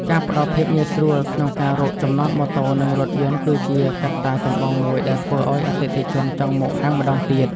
ការផ្តល់ភាពងាយស្រួលក្នុងការរកចំណតម៉ូតូ និងរថយន្ត គឺជាកត្តាចម្បងមួយដែលធ្វើឱ្យអតិថិជនចង់មកហាងម្តងទៀត។